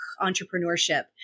entrepreneurship